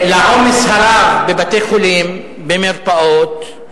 העומס הרב בבתי-חולים, במרפאות,